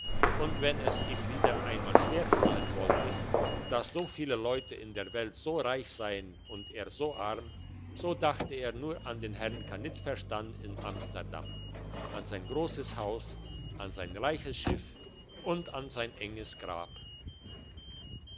und wenn es ihm wieder einmal schwer fallen wollte dass so viele leute in der welt so reich seien und er so arm so dachte er nur an den herrn kannitverstan in amsterdam an sein grosses haus an sein reiches schiff und an sein enges grab